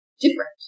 different